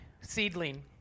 seedling